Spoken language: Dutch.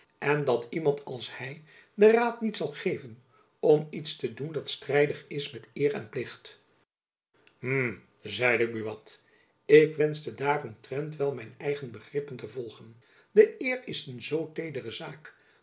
en dat iemand als hy den raad niet zal geven om iets te doen dat strijdig is met eer en plicht hm zeide buat ik wenschte daaromtrent wel mijn eigen begrippen te volgen de eer is een zoo tedere zaak